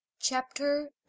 Chapter